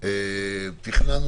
החוק לקיום תקנות